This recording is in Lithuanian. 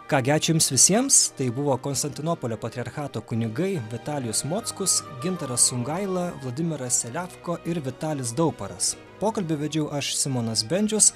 ką gi ačiū jums visiems tai buvo konstantinopolio patriarchato kunigai vitalijus mockus gintaras sungaila vladimiras seliavko ir vitalis dauparas pokalbį vedžiau aš simonas bendžius